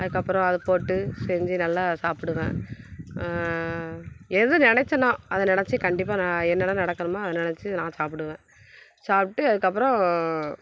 அதுக்கு அப்புறம் அதை போட்டு செஞ்சு நல்லா சாப்பிடுவேன் எது நினைச்சேன்னோ அதை நினைச்சி கண்டிப்பாக நான் என்னெல்லாம் நடக்கணுமோ அதை நினைச்சி நான் சாப்பிடுவேன் சாப்பிட்டு அதுக்கு அப்புறம்